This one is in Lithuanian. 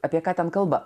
apie ką ten kalba